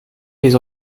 les